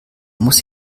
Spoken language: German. muss